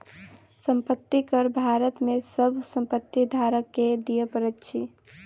संपत्ति कर भारत में सभ संपत्ति धारक के दिअ पड़ैत अछि